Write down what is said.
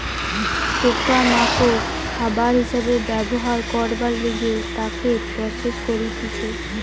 পোকা মাকড় খাবার হিসাবে ব্যবহার করবার লিগে তাকে প্রসেস করতিছে